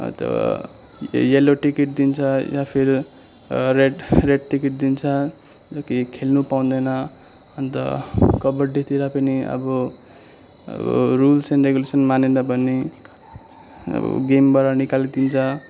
त yellow ticket दिन्छ या फिर रेड रेड टिकट दिन्छ कि खेल्नु पाउँदैन अन्त कबड्डीतिर पनि अब अब रुल्स एन्ड रेगुलेसन्स मानेन भने अब गेमबाट निकालिदिन्छ